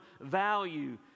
value